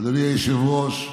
אדוני היושב-ראש,